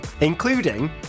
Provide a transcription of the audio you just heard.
including